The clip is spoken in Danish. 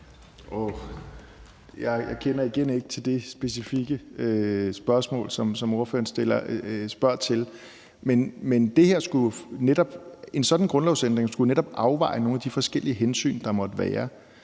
Jeg kender igen ikke til det specifikke spørgsmål, som ordføreren spørger til. En sådan grundlovsændring skulle netop afveje nogle af de forskellige hensyn, der måtte være.